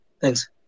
Thanks